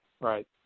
right